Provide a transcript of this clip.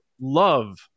love